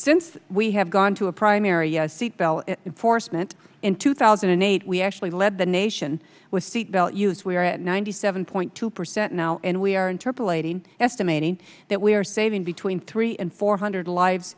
since we have gone to a primary a seatbelt force meant in two thousand and eight we actually lead the nation with seatbelt use we are at ninety seven point two percent now and we are interpellation estimating that we are saving between three and four hundred lives